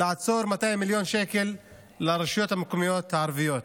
לעצור 200 מיליון שקל לרשויות המקומיות הערביות.